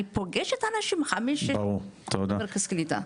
אני פוגשת אנשים, חמש-שש שנים במרכז קליטה.